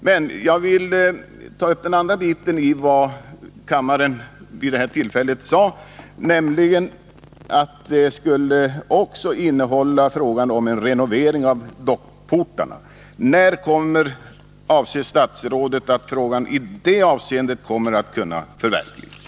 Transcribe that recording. Men jag vill även ta upp den andra delen i vad kammaren sade vid samma tillfälle, nämligen att beslutet också skulle innehålla frågan om renovering av dockportarna. När avser statsrådet att förverkliga beslutet i det avseendet?